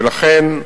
ולכן,